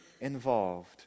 involved